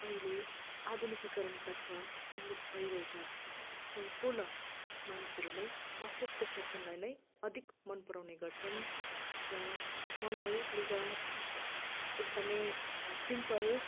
अहिले आधुनिकीकरण तर्फ उन्मुख भइरहेका सम्पूर्ण मानिसहरू नै पाश्चात्य फेसनलाई नै अधिक मन पराउने गर्छन् र मलाई लुगा एकदमै सिम्पल